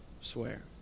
swear